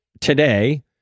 today